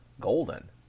Golden